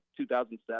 2007